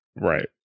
Right